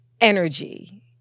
energy